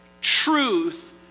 truth